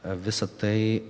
visa tai